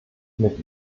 mit